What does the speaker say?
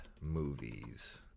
movies